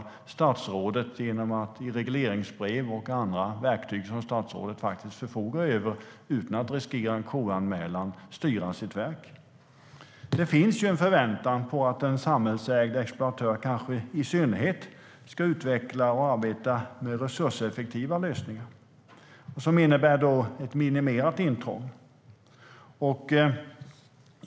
Och statsrådet kan påverka genom att i regleringsbrev och andra verktyg som statsrådet faktiskt förfogar över styra sitt verk, utan att riskera en KU-anmälan. Det finns en förväntan om att i synnerhet en samhällsägd exploatör ska utveckla och arbeta med resurseffektiva lösningar som innebär ett minimerat intrång.